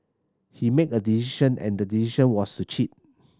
he made a decision and the decision was to cheat